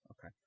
Okay